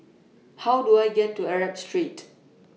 How Do I get to Arab Street